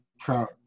Trout